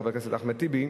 חבר הכנסת אחמד טיבי,